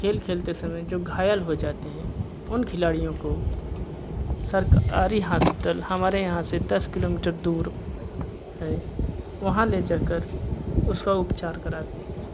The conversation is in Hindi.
खेल खेलते समय जो घायल हो जाते है उन खिलाड़ियों को सरकारी हॉस्पिटल हमारे यहाँ से दस किलोमीटर दूर है वहाँ ले जाकर उसका उपचार कराते हैं